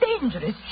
dangerous